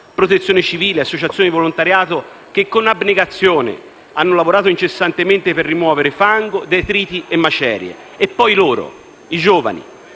protezione civile e associazioni di volontariato che, con abnegazione, hanno lavorato incessantemente per rimuovere fango, detriti e macerie. E poi loro: i giovani.